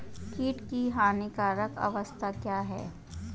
कीट की हानिकारक अवस्था क्या है?